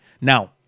Now